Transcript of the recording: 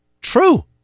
true